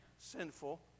sinful